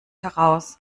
heraus